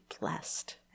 blessed